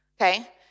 okay